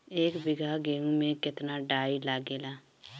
एक बीगहा गेहूं में केतना डाई लागेला?